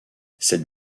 cette